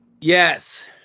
Yes